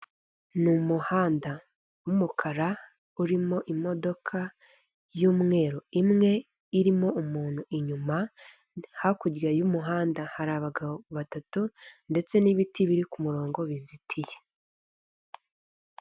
Ni umuhanda w'umukara urimo imodoka y'umweru imwe irimo umuntu inyuma hakurya y'umuhanda hari abagabo batatu ndetse n'ibiti biri ku murongo bizitiye.